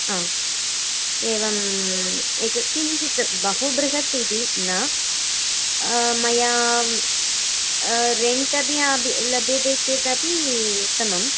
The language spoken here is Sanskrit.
आम् एवम् एक किञ्चित् बहु बृहत् इति न मया रेण्ट् अपि लभ्यते चेदपि उत्तमं